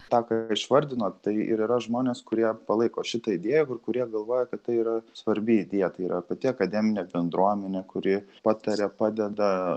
tą ką išvardinot tai ir yra žmonės kurie palaiko šitą idėją ir kurie galvoja kad tai yra svarbi idėja tai yra pati akademinė bendruomenė kuri pataria padeda